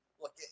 Look